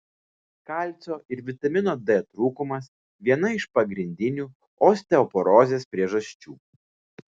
kalcio ir vitamino d trūkumas viena iš pagrindinių osteoporozės priežasčių